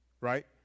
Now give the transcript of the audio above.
Right